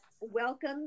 Welcome